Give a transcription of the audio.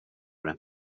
det